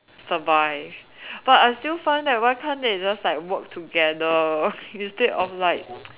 survive but I still find that why can't they just like work together instead of like